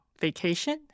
vacation